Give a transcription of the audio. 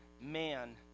man